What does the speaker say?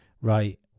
right